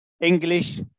English